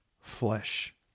flesh